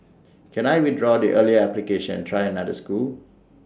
can I withdraw the earlier application try another school